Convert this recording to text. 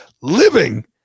living